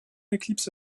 éclipse